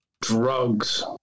Drugs